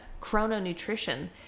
chrononutrition